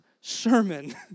sermon